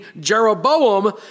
Jeroboam